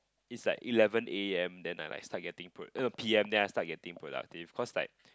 is like eleven A_M then I like start getting pro~ eh no P_M then I start getting productive cause like